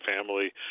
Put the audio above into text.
family